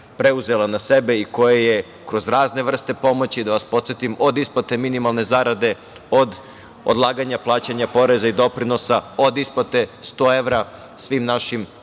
preuzela na sebe i koja je kroz razne vrste pomoći, da vas podsetim, od isplate minimalne zarade, od odlaganja plaćanja poreza i doprinosa, od isplate 100 evra svim našim